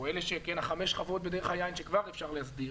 או חמש החוות בדרך היין שכבר אפשר להסדיר,